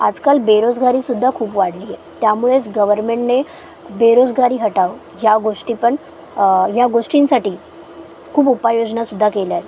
आजकाल बेरोजगारीसुद्धा खूप वाढली आहे त्यामुळेच गवर्नमेंटने बेरोजगारी हटाव ह्या गोष्टी पण ह्या गोष्टींसाठी खूब उपाय योजनासुद्धा केल्या आहेत